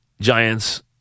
Giants